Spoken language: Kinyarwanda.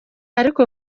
ariko